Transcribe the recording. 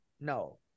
No